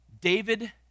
David